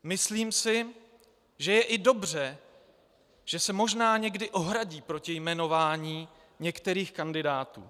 Myslím si, že je i dobře, že se možná někdy ohradí proti jmenování některých kandidátů.